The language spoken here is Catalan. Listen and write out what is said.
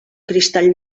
cristall